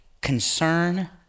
concern